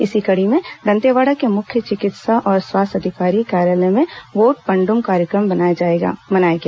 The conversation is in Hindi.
इसी कड़ी में दंतेवाड़ा में मुख्य चिकित्सा और स्वास्थ्य अधिकारी कार्यालय में व्होट पंड्म कार्यक्रम मनाया गया